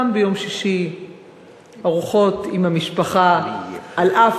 גם ביום שישי ארוחות עם המשפחה על אף